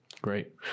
Great